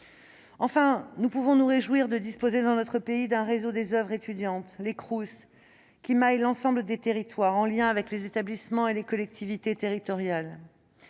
Enfin, nous pouvons nous réjouir de disposer dans notre pays d'un réseau des oeuvres étudiantes, les Crous, qui maille l'ensemble des territoires en lien avec les établissements et les collectivités territoriales.